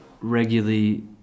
regularly